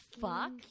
fuck